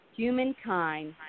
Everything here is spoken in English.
Humankind